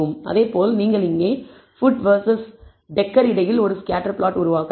அதேபோல் நீங்கள் இங்கே ஃபுட் வெர்சஸ் டெகர் இடையில் ஒரு ஸ்கேட்டர் பிளாட் உருவாக்கலாம்